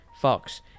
Fox